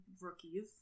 rookies